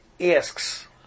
asks